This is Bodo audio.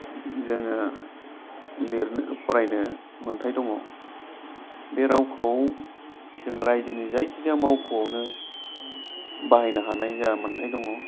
जोङो लिरनो फरायनो मोन्थाय दङ बे रावखौ जों रायजोनि जायखिजाया मावख'आवनो बाहायनो हानाय जोंहा मोन्थाय दङ